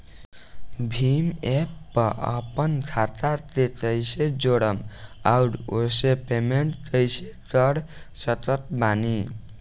Bhim app पर आपन खाता के कईसे जोड़म आउर ओसे पेमेंट कईसे कर सकत बानी?